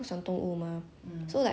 养兔的时候 right is legit